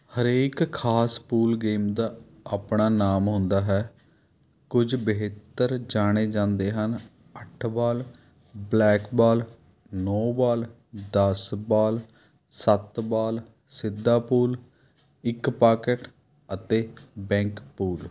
ਹਰੇਕ ਖਾਸ pool game ਦਾ ਆਪਣਾ ਨਾਮ ਹੁੰਦਾ ਹੈ ਕੁੱਝ ਬਿਹਤਰ ਜਾਣੇ ਜਾਂਦੇ ਹਨ ਅੱਠ ਬਾਲ ਬਲੈਕ ਬਾਲ ਨੌਂ ਬਾਲ ਦਸ ਬਾਲ ਸੱਤ ਬਾਲ ਸਿੱਧਾ ਪੂਲ ਇੱਕ ਪਾਕੇਟ ਅਤੇ ਬੈਂਕ ਪੂਲ